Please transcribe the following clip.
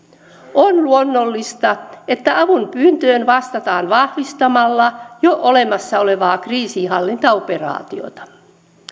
on luonnollista että avunpyyntöön vastataan vahvistamalla jo olemassa olevaa kriisinhallintaoperaatiota